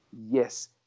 yes